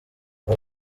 aba